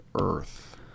earth